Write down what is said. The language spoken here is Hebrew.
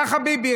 יא חביבי,